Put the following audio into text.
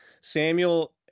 Samuel